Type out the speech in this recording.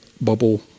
bubble